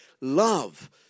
Love